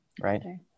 Right